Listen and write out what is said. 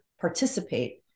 participate